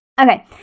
Okay